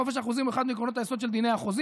חופש החוזים הוא אחד מעקרונות היסוד של דיני החוזים,